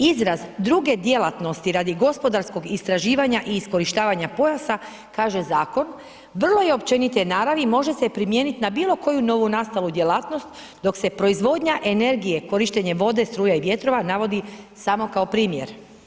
Izraz druge djelatnosti radi gospodarskog istraživanja i iskorištavanja pojasa kaže zakon vrlo je općenite naravi i može se primijenit na bilo koju novonastalu djelatnost dok se proizvodnja energije korištenjem vode, struje i vjetrova navodi samo kao primjer.